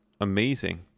amazing